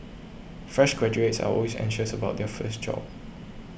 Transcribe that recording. fresh graduates are always anxious about their first job